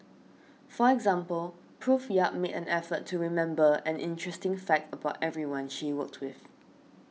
for example Prof Yap made an effort to remember an interesting fact about everyone she worked with